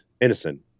Innocent